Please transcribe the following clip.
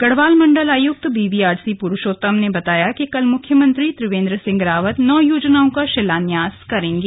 गढ़वाल मंडल आयुक्त B V R C Purushottam ने बताया कि कल मुख्यमंत्री त्रिवेंद्र सिंह रावत नौ योजनाओं का शिलान्यास करेंगे